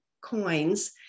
coins